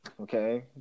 Okay